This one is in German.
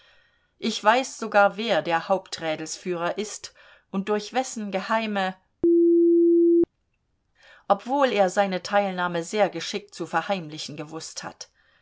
ich weiß sogar wer der haupträdelsführer ist und durch wessen geheime obwohl er seine teilnahme sehr geschickt zu verheimlichen gewußt hat